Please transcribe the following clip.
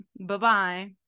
Bye-bye